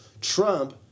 Trump